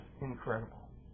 incredible